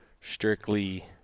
strictly